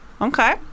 Okay